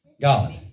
God